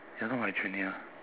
you're not my junior